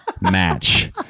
match